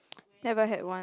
never had one